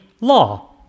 law